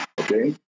okay